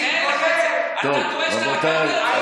אין לך את זה, טוב, רבותיי.